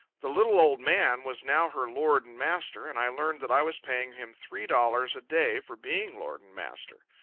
the little old man was now her lord and master, and i learned that i was paying him three dollars a day for being lord and master.